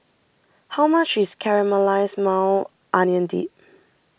how much is Caramelized Maui Onion Dip